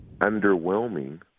underwhelming